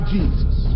Jesus